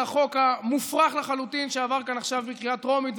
החוק המופרך לחלוטין שעבר כאן עכשיו בקריאה טרומית.